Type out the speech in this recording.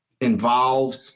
involved